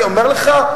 אני אומר לך,